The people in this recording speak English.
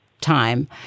time